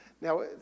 Now